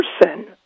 person